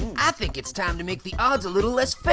i think it's time to make the odds a little less but